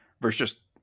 versus